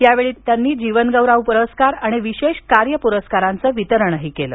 यावेळी त्यांनी जीवनगौरव पुरस्कार आणि विशेष कार्य प्रस्कारांचं वितरण केलं